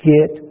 Get